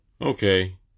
Okay